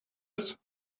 ist